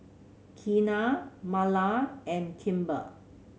Keanna Marla and Kimber